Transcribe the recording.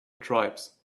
tribes